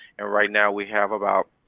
and right now we have about